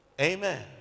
Amen